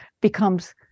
becomes